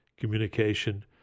communication